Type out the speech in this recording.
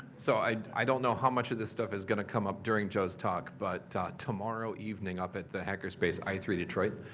so i i don't know how much of this stuff is going to come up during joe's talk, but tomorrow evening, up at the hacker's space i three detroit,